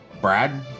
Brad